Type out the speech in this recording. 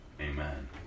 Amen